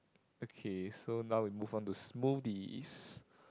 okay so now we move on to smoothies